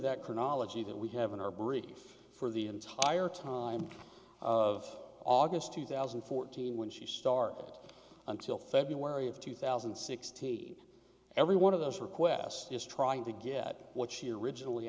that chronology that we have in our brief for the entire time of august two thousand and fourteen when she start until february of two thousand and sixteen every one of those requests is trying to get what she originally